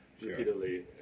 repeatedly